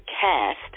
cast